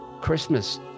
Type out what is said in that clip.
Christmas